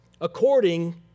according